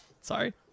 Sorry